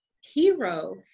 hero